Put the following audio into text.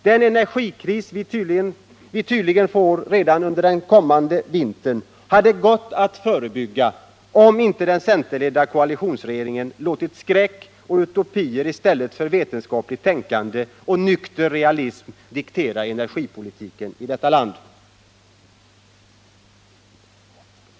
Den energikris vi tydligen får redan under den kommande vintern hade gått att förebygga om inte den centerledda koalitionsregeringen låtit skräck och utopier i stället för vetenskapligt tänkande och nykter realism diktera energipolitiken i detta land.